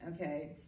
Okay